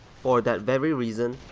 for that very reason,